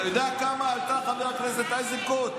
אתה יודע כמה היא עלתה, חבר הכנסת איזנקוט?